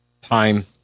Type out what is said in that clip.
time